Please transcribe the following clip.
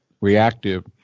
reactive